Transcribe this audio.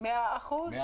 אני